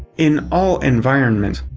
in all environments,